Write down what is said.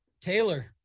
Taylor